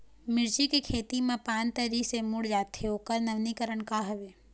मिर्ची के खेती मा पान तरी से मुड़े जाथे ओकर नवीनीकरण का हवे?